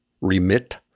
remit